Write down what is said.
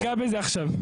אני אגע בזה עכשיו.